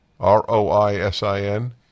R-O-I-S-I-N